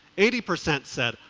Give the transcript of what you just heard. eighty percent said,